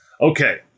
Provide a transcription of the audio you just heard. Okay